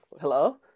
Hello